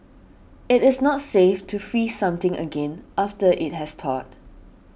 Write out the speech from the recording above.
it is not safe to freeze something again after it has thawed